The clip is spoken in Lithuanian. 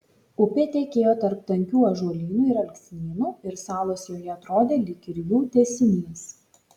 upė tekėjo tarp tankių ąžuolynų ir alksnynų ir salos joje atrodė lyg ir jų tęsinys